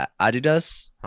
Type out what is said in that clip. adidas